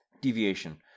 Deviation